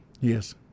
Yes